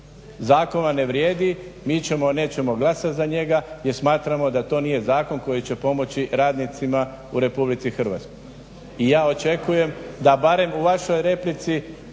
zakon vam ne vrijedi, mi nećemo glasat za njega jer smatramo da to nije zakon koji će pomoći radnicima u Republici Hrvatskoj. I ja očekujem da barem u vašoj replici